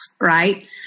right